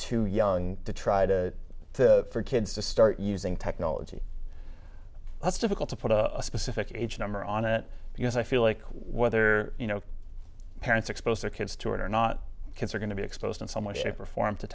too young to try to for kids to start using technology that's difficult to put a specific age number on it because i feel like whether you know parents expose their kids to it or not kids are going to be exposed in some way shape or form to